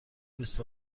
بیست